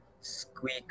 Squeak